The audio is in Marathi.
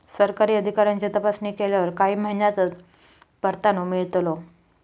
सरकारी अधिकाऱ्यांची तपासणी केल्यावर काही महिन्यांतच परवानो मिळतलो